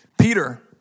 Peter